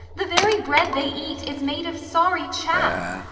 the very bread they eat, is made of sorry chaff.